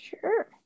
Sure